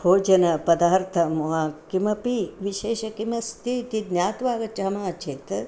भोजनपदार्थं वा किमपि विशेषं किमस्ति इति ज्ञात्वा आगच्छामः चेत्